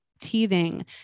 teething